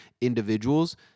individuals